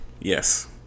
Yes